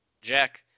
Jack